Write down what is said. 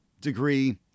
degree